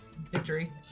Victory